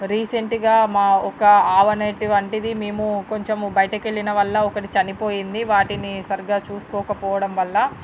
రీసెంట్గా మా ఒక ఆవు అనేటువంటిది మేము కొంచెము బయటకెళ్లిన వల్ల ఒకటి చనిపోయింది వాటిని సరిగా చూసుకోకపోవడంవల్ల